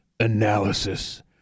Analysis